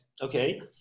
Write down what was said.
Okay